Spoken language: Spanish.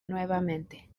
nuevamente